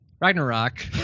Ragnarok